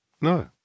No